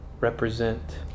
represent